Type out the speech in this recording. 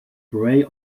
prey